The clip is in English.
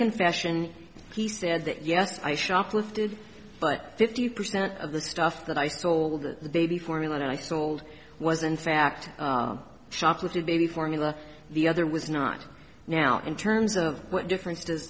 confession he said that yes i shoplifted but fifty percent of the stuff that i stole the baby formula that i sold was in fact shoplifting baby formula the other was not now in terms of what difference does